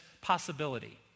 possibility